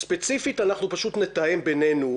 ספציפית, אנחנו פשוט נתאם בינינו.